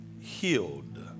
healed